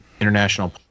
International